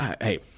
hey